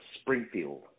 Springfield